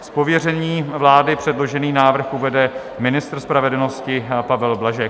Z pověření vlády předložený návrh uvede ministr spravedlnosti Pavel Blažek.